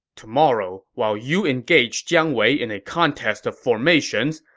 tomorrow, while you engage jiang wei in a contest of formations,